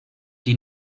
die